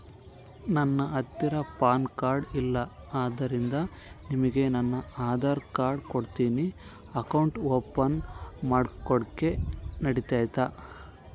ನನ್ನ ಹತ್ತಿರ PAN card ಇಲ್ಲ ಆದ್ದರಿಂದ ನಿಮಗೆ ನನ್ನ ಆಧಾರ್ ಕಾರ್ಡ್ ಕೊಡ್ತೇನಿ ಅಕೌಂಟ್ ಓಪನ್ ಮಾಡ್ಲಿಕ್ಕೆ ನಡಿತದಾ?